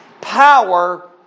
power